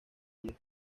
ellos